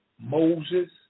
Moses